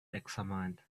examined